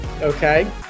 Okay